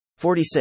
46